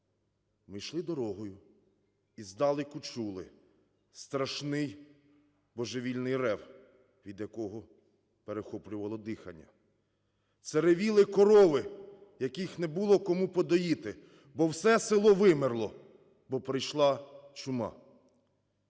"Ми йшли дорогою і здалеку чули страшний божевільний рев, від якого перехоплювало дихання. Це ревіли корови, яких не було кому подоїти, бо все село вимерло, бо прийшла чума".